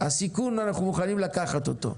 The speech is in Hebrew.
הם מוכנים לקחת את הסיכון.